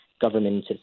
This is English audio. government